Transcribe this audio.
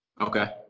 Okay